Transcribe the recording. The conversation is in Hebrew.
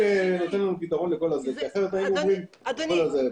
זו התפיסה של ההתקהלות.